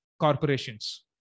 corporations